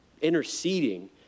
interceding